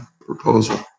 proposal